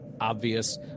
obvious